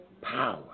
Power